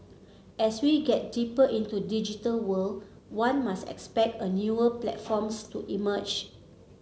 as we get deeper into digital world one must expect a newer platforms to emerge